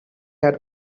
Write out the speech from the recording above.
had